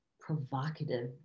provocative